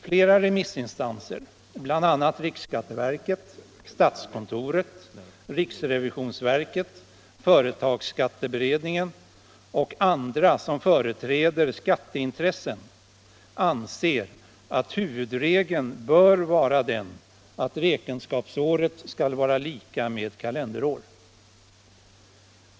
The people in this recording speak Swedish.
Flera remissinstanser, bl.a. riksskatteverket, statskontoret, riksrevisionsverket, företagsskatteberedningen och andra som företräder skatteintressen, anser att huvudregeln bör vara den att räkenskapsåret skall vara lika med kalenderår.